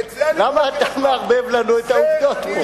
למה אתה מערבב לנו את העובדות פה?